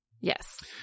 Yes